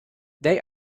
they